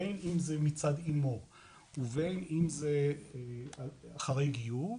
בין אם זה מצד אמו ובין אם זה אחרי גיור,